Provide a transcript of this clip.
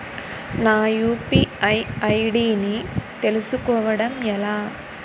నా UPI ID ని తెలుసుకోవడం ఎలా?